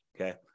Okay